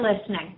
listening